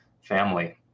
family